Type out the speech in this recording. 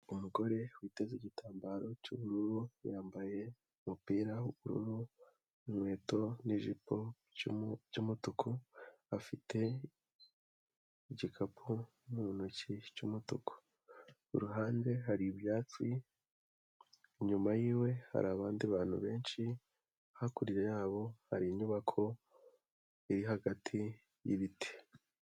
Umugore witeze igitambaro cyubururu, yambaye umupira wubururu n'kweto ni'jipo by'umutuku, afite igikapu mu ntoki cy'umutuku ku ruhande hari ibyatsi, inyuma yiwe hari abandi bantu benshi, hakurya yabo hari inyubako iri hagati y'ibiti.